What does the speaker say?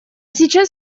сейчас